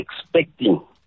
expecting